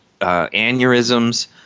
aneurysms